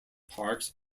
parks